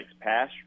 Pass